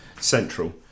central